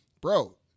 Bro